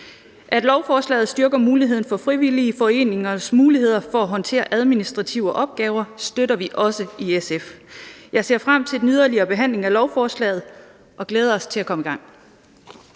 At lovforslaget styrker frivillige foreningers muligheder for at håndtere administrative opgaver, støtter vi også i SF. Jeg ser frem til den yderligere behandling af lovforslaget og glæder mig til at komme i gang.